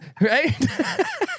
Right